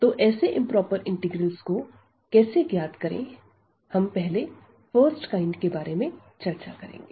तो ऐसे improper integrals को कैसे ज्ञात करें हम पहले फर्स्ट काइंड के बारे में चर्चा करेंगे